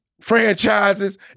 franchises